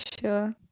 sure